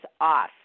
off